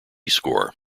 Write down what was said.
score